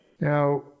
Now